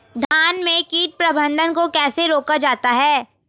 धान में कीट प्रबंधन को कैसे रोका जाता है?